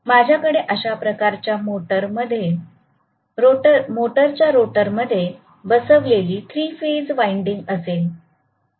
माझ्याकडे अशा प्रकारे मोटरच्या रोटरमध्ये बसविलेली थ्री फेज वाइंडिंग असेल